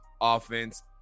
offense